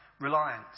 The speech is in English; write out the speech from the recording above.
reliance